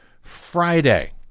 Friday